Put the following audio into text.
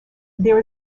there